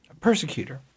persecutor